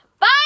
Bye